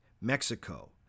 Mexico